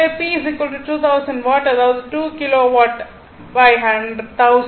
எனவே P 2000 watt அதாவது 2 kilo watt 1000